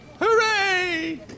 Hooray